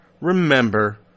remember